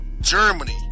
Germany